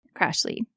Crashly